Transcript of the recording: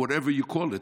או whatever you call it,